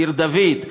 עיר דוד,